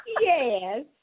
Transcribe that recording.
Yes